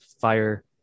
fire